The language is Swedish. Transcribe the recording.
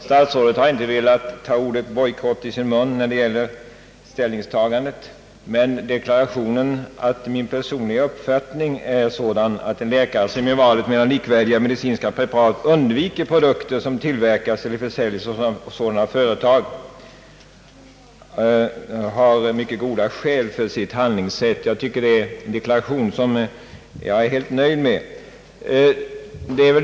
Statsrådet har inte velat ta ordet »bojkott» i sin mun, men hans deklaration att »min personliga uppfattning är dock att en läkare som i valet mellan likvärdiga medicinska preparat undviker produkter, som tillverkas eller försäljes av sådana företag som herr Isacson avser, har mycket goda skäl för sitt handlingssätt», är jag helt nöjd med.